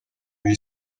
b’i